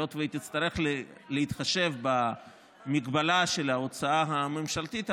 היות שהיא תצטרך להתחשב במגבלה של ההוצאה הממשלתית עבורה,